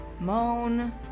Moan